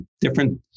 different